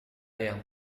yang